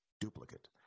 duplicate